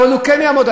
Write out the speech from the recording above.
אבל הוא כן יעמוד,